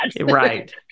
Right